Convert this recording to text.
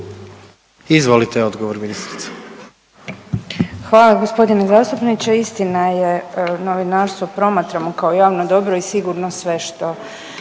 Izvolite odgovor ministrice.